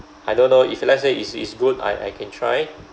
I don't know if let's say is is good I I can try